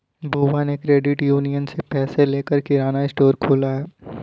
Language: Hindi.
बुआ ने क्रेडिट यूनियन से पैसे लेकर किराना स्टोर खोला है